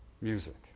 Music